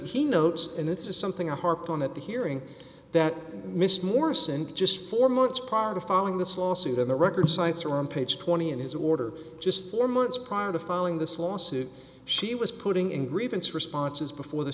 he notes and this is something i harp on at the hearing that mr morris and just four months prior to filing this lawsuit on the record cites are on page twenty of his order just four months prior to filing this lawsuit she was putting in grievance responses before the